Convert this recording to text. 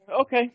Okay